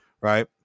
right